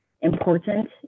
important